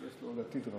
אז יש לו עוד עתיד רחוק,